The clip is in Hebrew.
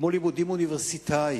כמו לימודים אוניברסיטאיים,